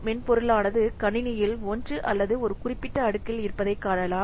மென்பொருளானது கணினியில் ஒன்று அல்லது ஒரு குறிப்பிட்ட அடுக்கில் இருப்பதைக் காணலாம்